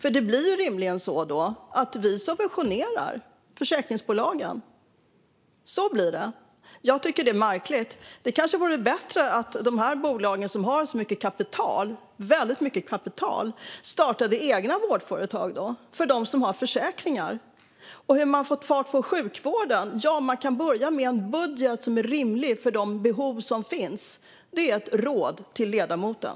Då blir det rimligen så att vi subventionerar försäkringsbolagen. Jag tycker att det är märkligt. Det kanske vore bättre att dessa bolag som har så mycket kapital startade egna vårdföretag för dem som har försäkringar. Hur får man fart på sjukvården? Ja, man kan börja med en budget som är rimlig för de behov som finns. Det är ett råd till ledamoten.